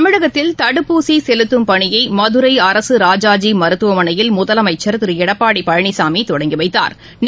தமிழகத்தில் தடுப்பூசிசெலுத்தும் பணியைமதுரை அரசுராஜாஜிமருத்துவமனையில் முதலமைச்சா் திருஎடப்பாடிபழனிசாமிதொடங்கிவைத்தாா்